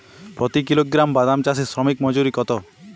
প্রতি কিলোগ্রাম বাদাম চাষে শ্রমিক মজুরি কত?